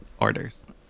orders